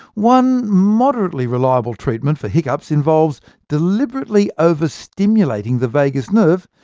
one moderately reliable treatment for hiccups involves deliberately overstimulating the vagus nerve,